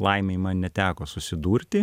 laimei man neteko susidurti